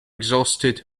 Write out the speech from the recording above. exhausted